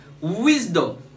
Wisdom